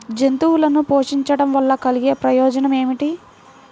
జంతువులను పోషించడం వల్ల కలిగే ప్రయోజనం ఏమిటీ?